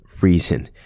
reason